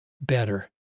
better